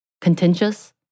contentious